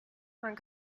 man